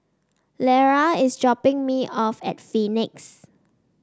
Lera is dropping me off at Phoenix